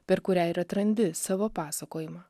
per kurią ir atrandi savo pasakojimą